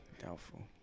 Doubtful